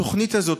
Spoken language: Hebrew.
התוכנית הזאת,